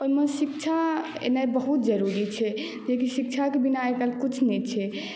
शिक्षा एनाइ बहुत जरूरी छै जेकि शिक्षाके बिना आइ काल्हि किछु नहि छै